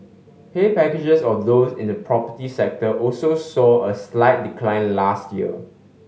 pay packages of those in the property sector also saw a slight decline last year